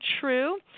true